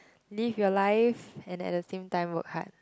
live your life and at the same time work hard